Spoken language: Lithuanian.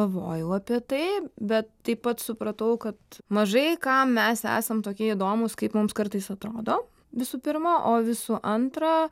galvojau apie tai bet taip pat supratau kad mažai kam mes esam tokie įdomūs kaip mums kartais atrodo visų pirma o visų antra